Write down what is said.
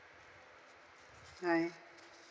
hi